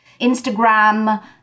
Instagram